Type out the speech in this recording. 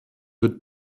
wird